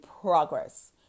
progress